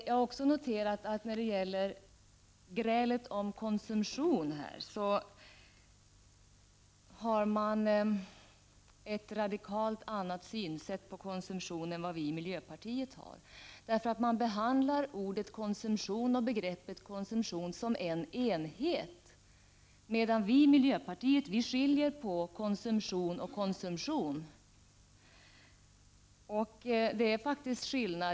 Jag har också noterat att när det gäller grälet om konsumtion som har förts här, så har man ett radikalt annat synsätt på konsumtion än vad vi i miljöpartiet har. Man behandlar begreppet konsumtion som en enhet, medan vi i miljöpartiet skiljer mellan konsumtion och konsumtion. Det finns faktiskt en skillnad.